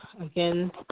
Again